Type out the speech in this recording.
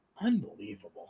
unbelievable